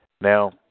Now